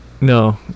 No